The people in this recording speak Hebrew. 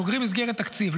סוגרים מסגרת תקציב,